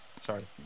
Sorry